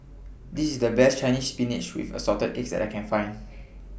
This IS The Best Chinese Spinach with Assorted Eggs that I Can Find